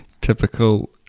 Typical